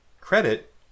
credit